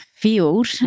field